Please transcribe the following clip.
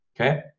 Okay